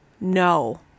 no